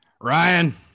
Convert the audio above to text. Ryan